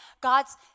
god's